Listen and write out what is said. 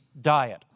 diet